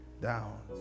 down